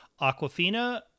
Aquafina